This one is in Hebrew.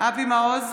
אבי מעוז,